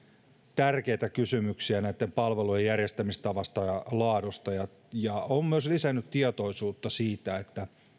tärkeitä kysymyksiä näitten palvelujen järjestämistavasta ja laadusta ja on myös lisännyt tietoisuutta siitä